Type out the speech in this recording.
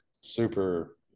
super